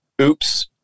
oops